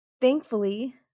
Thankfully